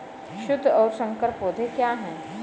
शुद्ध और संकर पौधे क्या हैं?